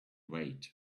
wait